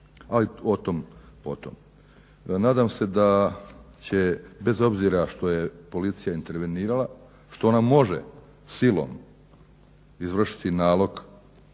Ali o tom potom. Nadam se da će bez obzira što je policija intervenirala, što ona može silom izvršiti nalog